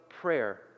prayer